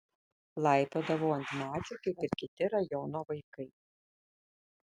laipiodavau ant medžių kaip ir kiti rajono vaikai